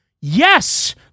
yes